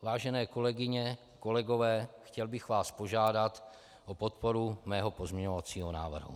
Vážené kolegyně, kolegové, chtěl bych vás požádat o podporu mého pozměňovacího návrhu.